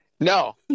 No